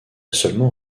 seulement